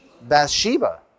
Bathsheba